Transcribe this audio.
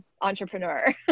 entrepreneur